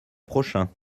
prochain